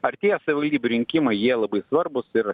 artėja savivaldybių rinkimai jie labai svarbūs ir